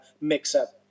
mix-up